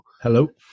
Hello